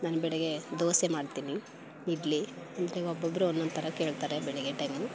ನಾನು ಬೆಳಗ್ಗೆ ದೋಸೆ ಮಾಡ್ತೀನಿ ಇಡ್ಲಿ ಅಂದರೆ ಒಬ್ಬೊಬ್ಬರು ಒಂದೊಂದು ಥರ ಕೇಳ್ತಾರೆ ಬೆಳಗ್ಗೆ ಟೈಮು